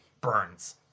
Burns